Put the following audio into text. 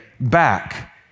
back